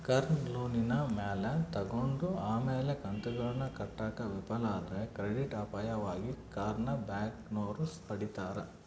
ಕಾರ್ನ ಲೋನಿನ ಮ್ಯಾಲೆ ತಗಂಡು ಆಮೇಲೆ ಕಂತುಗುಳ್ನ ಕಟ್ಟಾಕ ವಿಫಲ ಆದ್ರ ಕ್ರೆಡಿಟ್ ಅಪಾಯವಾಗಿ ಕಾರ್ನ ಬ್ಯಾಂಕಿನೋರು ಪಡೀತಾರ